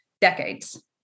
decades